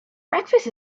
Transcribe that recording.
breakfast